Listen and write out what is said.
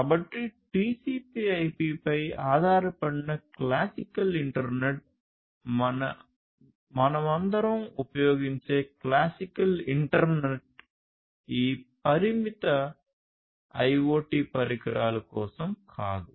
కాబట్టి TCP IP పై ఆధారపడిన క్లాసికల్ ఇంటర్నెట్ మనమందరం ఉపయోగించే క్లాసికల్ ఇంటర్నెట్ ఈ పరిమితి IoT పరికరాల కోసం కాదు